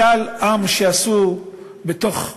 משאל העם שעשו בתוך הליכוד,